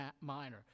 Minor